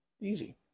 easy